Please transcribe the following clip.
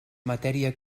matèria